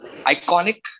iconic